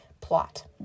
plot